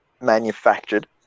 manufactured